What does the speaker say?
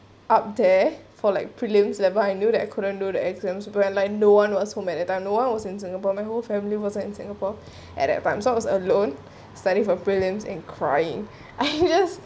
up there for like prelims level I knew that I couldn't do the exams were like no one was home at the time no one was in singapore my whole family wasn't in singapore at that time so I was alone study for prelims and crying I've